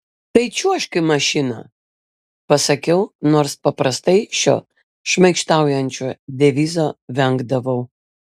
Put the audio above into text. tai čiuožk į mašiną pasakiau nors paprastai šio šmaikštaujančio devizo vengdavau